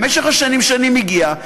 במשך השנים שאני מגיע,